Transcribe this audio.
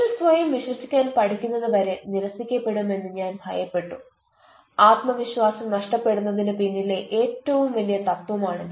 എന്നിൽ സ്വയം വിശ്വസിക്കാൻ പഠിക്കുന്നത് വരെ നിരസിക്കപ്പെടുമെന്ന് ഞാൻ ഭയപ്പെട്ടു ആത്മവിശ്വാസം നഷ്ടപ്പെടുന്നതിന് പിന്നിലെ ഏറ്റവും വലിയ തത്വമാണിത്